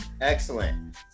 Excellent